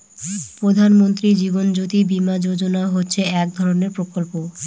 প্রধান মন্ত্রী জীবন জ্যোতি বীমা যোজনা হচ্ছে এক ধরনের প্রকল্প